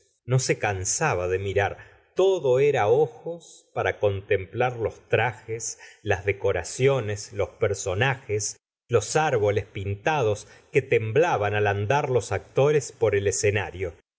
no se cansaba de mirar todo era ojos para contemplar los trajes las decoraciones los persona jes los árboles pintados qtie temblaban al andar los actores por el escenario